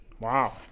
Wow